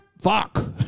Fuck